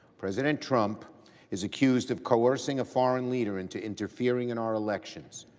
president trump is accused of coercing a foreign leader into interfering in our elections.